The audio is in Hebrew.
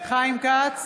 חיים כץ,